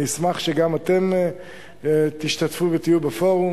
אני אשמח אם גם אתם תשתתפו ותהיו בפורום.